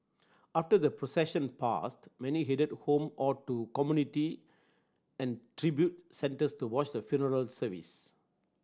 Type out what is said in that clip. after the procession passed many headed home or to community and tribute centres to watch the funeral service